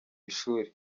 ishuli